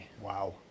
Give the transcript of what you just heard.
Wow